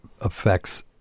affects